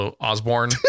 Osborne